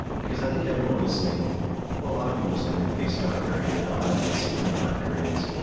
because i think everyone listening or a lot of people listening have faced dark periods. i know i've faced some pretty dark periods,